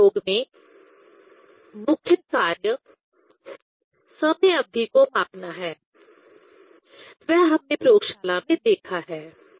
इस प्रयोग में मुख्य कार्य समय अवधि को मापना है वह हमने प्रयोगशाला में देखा है